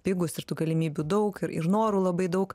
pigūs ir tų galimybių daug ir ir norų labai daug